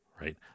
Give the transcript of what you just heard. right